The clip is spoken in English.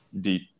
deep